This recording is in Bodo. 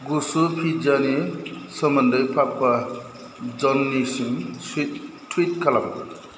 गुसु फिज्जानि सोमोन्दै पापा जननिसिम सुइट टुइट खालाम